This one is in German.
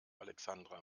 alexandra